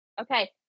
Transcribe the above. okay